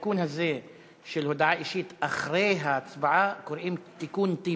שלתיקון הזה של הודעה אישית אחרי ההצבעה קוראים תיקון טיבי.